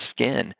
skin